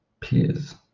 peers